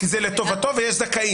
כי זה "לטובתו" ויש "זכאים".